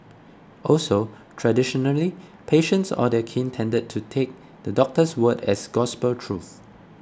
also traditionally patients or their kin tended to take the doctor's word as gospel truth